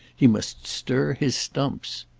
he must stir his stumps.